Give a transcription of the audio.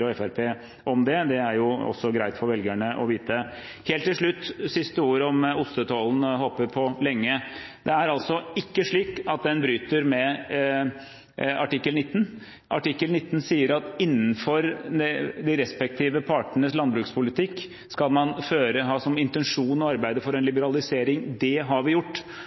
og Fremskrittspartiet om det. Det er også greit for velgerne å vite. Helt til slutt: Siste ord om ostetollen. Det er altså ikke slik at den bryter med artikkel 19. Artikkel 19 sier at innenfor de respektive partenes landbrukspolitikk skal man ha som intensjon å arbeide for en liberalisering. Det har vi gjort.